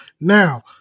Now